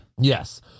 Yes